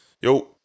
Yo